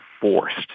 forced